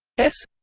s